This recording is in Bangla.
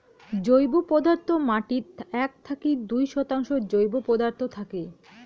জৈব পদার্থ মাটিত এক থাকি দুই শতাংশ জৈব পদার্থ থাকে